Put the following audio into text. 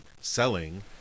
selling